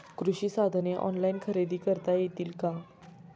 कृषी साधने ऑनलाइन खरेदी करता येतील का?